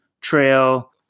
trail